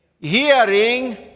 hearing